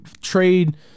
trade